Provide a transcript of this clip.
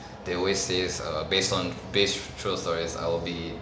they always says err based on based true stories I'll be